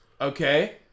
okay